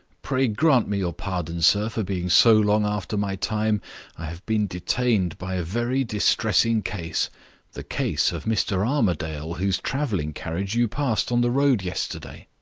pray grant me your pardon, sir, for being so long after my time i have been detained by a very distressing case the case of mr. armadale, whose traveling-carriage you passed on the road yesterday.